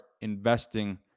investing